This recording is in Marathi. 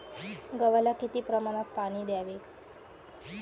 गव्हाला किती प्रमाणात पाणी द्यावे?